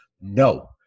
no